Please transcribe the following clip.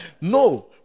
no